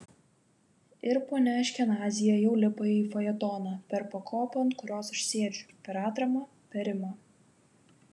ir ponia aškenazyje jau lipa į fajetoną per pakopą ant kurios aš sėdžiu per atramą per rimą